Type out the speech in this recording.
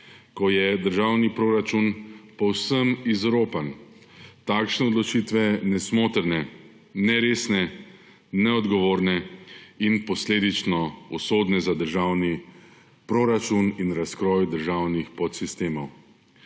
ko je državni proračun povsem izropan, takšne odločitve nesmotrne, neresne, neodgovorne in posledično usodne za državni proračun in razkroj državnih podsistemov.